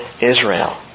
Israel